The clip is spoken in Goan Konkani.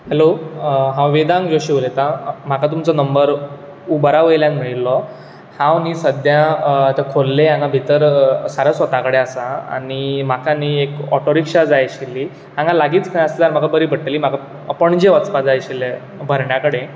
हेलो हांव वेदांत जोशी उलयतां म्हाका तुमचो नंबर उबरावयल्यान मेळिल्लो हांव न्ही सद्या आतां खोर्ले हांगा भितर सारस्वता कडेन आसा आनी म्हाका न्ही एक ओटो रिक्षा जाय आशिल्ली हांगा लागींच खंय आसल्यार म्हाका बरी पडटली म्हाका पणजे वचपाक जाय आशिल्ले भरण्या कडेन